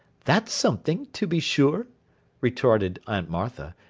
that's something, to be sure retorted aunt martha,